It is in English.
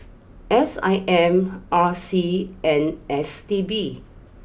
S I M R C and S T B